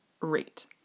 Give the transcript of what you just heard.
rate